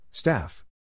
Staff